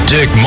Dick